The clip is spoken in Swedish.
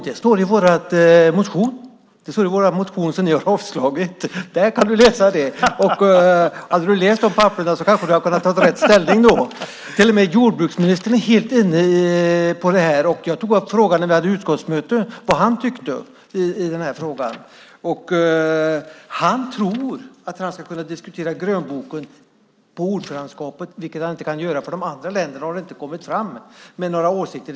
Herr talman! Jo, det står i vår motion som ni har avstyrkt. Där kan du läsa det. Hade du läst de papperen hade du kanske kunnat ta rätt ställning. Till och med jordbruksministern är helt inne på det här. Jag frågade honom vad han tyckte i den här frågan när vi hade utskottsmöte. Han tror att han ska kunna diskutera grönboken under ordförandeskapet, men det kan han inte göra eftersom de andra länderna inte har kommit fram med några åsikter.